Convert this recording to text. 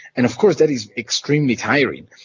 and of course that is extremely tiring.